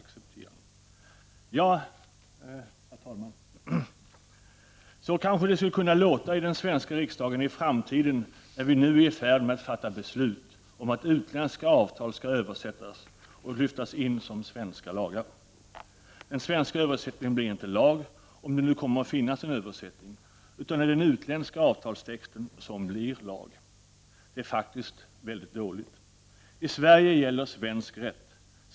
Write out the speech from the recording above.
Så kanske det skulle kunna låta i den svenska riksdagen i framtiden, eftersom vi nu är i färd med att fatta beslut om att utländska avtal oöversatta skall lyftas in som svenska lagar. Den svenska översättningen blir inte lag, om det nu kommer att finnas en översättning, utan det är den utländska avtalstexten som blir lag. Detta är faktiskt väldigt dåligt. I Sverige gäller svensk rätt.